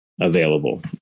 available